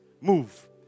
move